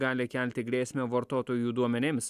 gali kelti grėsmę vartotojų duomenims